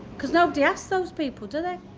because nobody asks those people, do they?